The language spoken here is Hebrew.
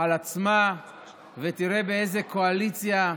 על עצמה ותראה באיזו קואליציה,